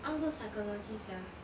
I want go psychology sia